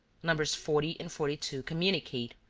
nos. forty and forty two communicate.